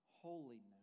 holiness